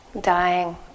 dying